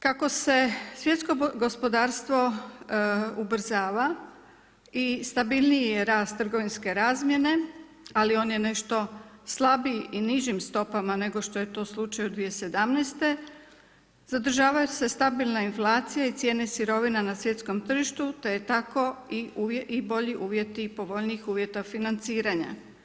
Kako se svjetsko gospodarstvo ubrzava i stabilniji je rast trgovinske razmjene, ali on je nešto slabiji i nižim stopama nego što je to slučaj 2017. zadržava se stabilna inflacija i cijene sirovina na svjetskog tržištu te tako i bolji uvjeti povoljnijih uvjeta financiranja.